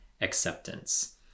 acceptance